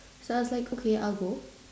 so I was like okay I'll go